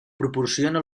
proporciona